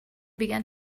began